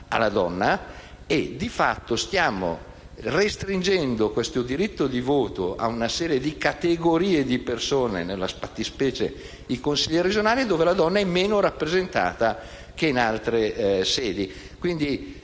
la donna è meno rappresentata che in altre sedi.